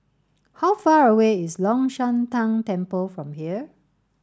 how far away is Long Shan Tang Temple from here